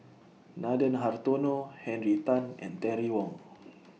Nathan Hartono Henry Tan and Terry Wong